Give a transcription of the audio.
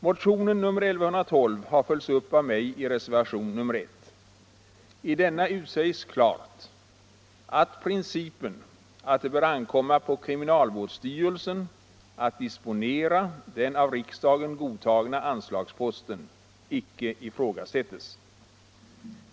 Motionen nr 1112 har följts upp av mig i reservationen 1. I denna utsäges klart att principen att det bör ankomma på kriminalvårdsstyrelsen att disponera den av riksdagen godtagna anslagsposten icke ifrågasättes.